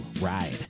ride